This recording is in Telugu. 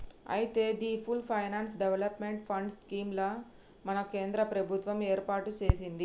అయితే the full finance development fund scheme ని మన కేంద్ర ప్రభుత్వం ఏర్పాటు సెసింది